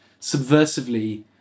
subversively